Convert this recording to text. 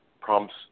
prompts